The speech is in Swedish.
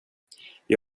jag